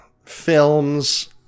films